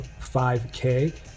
5k